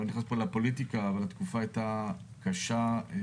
המחיר האישי אני לא נכנס פה לפוליטיקה התקופה הייתה קשה מנשוא.